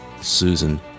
Susan